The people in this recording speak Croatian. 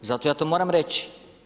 Zato ja to moram reći.